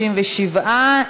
37,